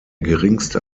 geringste